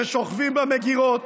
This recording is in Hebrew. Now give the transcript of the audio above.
ששוכבים במגרות,